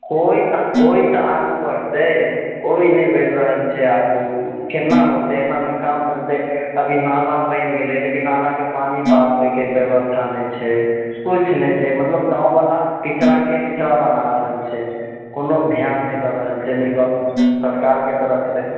कोय कोय तऽ आगू बढ़ते कोय नहि बढ़ि रहल छै आगू केना होतय एनामे काम चलते अभी नाला बनि गेलय लेकिन नालाके पानी पास होयके व्यवस्था नहि छै कुछ नहि छे मतलब गाँवबला पिछड़ाके पिछड़ा बना रहल छै कोनो ध्यान नहि दऽ रहल छै नहि गोर सरकारके तरफसे